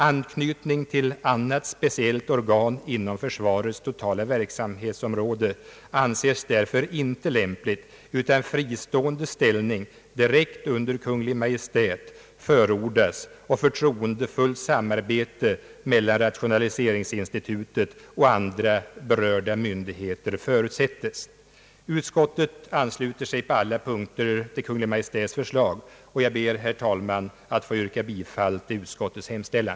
Anknytning till annat speciellt organ inom försvarets totala verksamhetsområde anses därför inte lämplig, utan fristående ställning direkt under Kungl. Maj:t förordas och förtroendefullt samarbete mellan = rationaliseringsinstitutet och andra berörda myndigheter förutsättes. Utskottet ansluter sig på alla punkter till Kungl. Maj:ts förslag, och jag ber, herr talman, att få yrka bifall till utskottets hemställan.